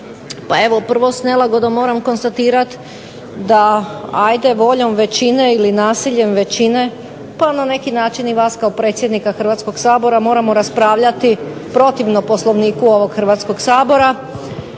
prvo sa nelagodom moram konstatirati da hajde voljom većine ili nasiljem većine pa na neki način i vas kao predsjednika Hrvatskog sabora moramo raspravljati protivnom Poslovniku ovog Hrvatskog sabora